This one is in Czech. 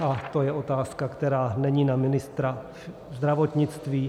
A je to otázka, která není na ministra zdravotnictví.